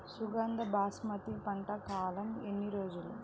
సుగంధ బాస్మతి పంట కాలం ఎన్ని రోజులు?